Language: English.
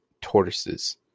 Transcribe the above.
Tortoises